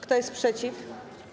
Kto jest przeciw?